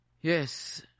Yes